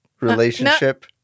Relationship